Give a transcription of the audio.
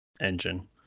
engine